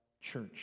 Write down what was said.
church